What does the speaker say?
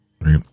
right